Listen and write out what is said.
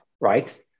right